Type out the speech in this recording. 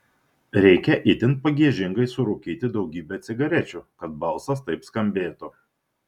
reikia itin pagiežingai surūkyti daugybę cigarečių kad balsas taip skambėtų